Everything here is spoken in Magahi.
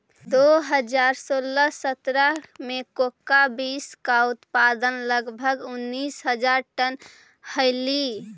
दो हज़ार सोलह सत्रह में कोको बींस का उत्पादन लगभग उनीस हज़ार टन हलइ